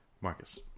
Marcus